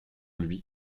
lui